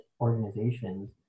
organizations